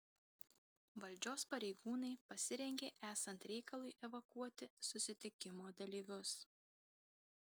valdžios pareigūnai pasirengė esant reikalui evakuoti susitikimo dalyvius